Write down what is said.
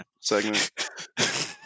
segment